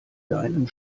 deinem